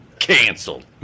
canceled